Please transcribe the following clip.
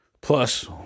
Plus